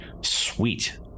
Sweet